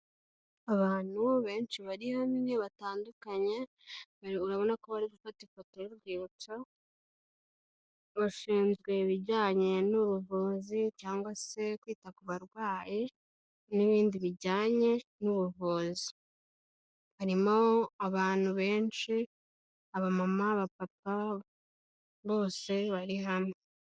Abantu benshi bari hamwe batandukanye, urabona ko bari gufata ifoto y'urwibutso, bashinzwe ibijyanye n'ubuvuzi cyangwa se kwita ku barwayi, n'ibindi bijyanye n'ubuvuzi, harimo abantu benshi, abamama, abapapa, bose bari hamwe.